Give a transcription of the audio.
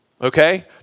okay